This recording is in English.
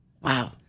Wow